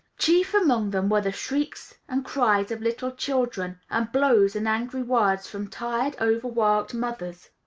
chief among them were the shrieks and cries of little children, and blows and angry words from tired, overworked mothers.